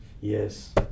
yes